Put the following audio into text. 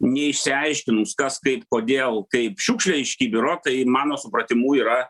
neišsiaiškinus kas kaip kodėl kaip šiukšlę iš kibiro tai mano supratimu yra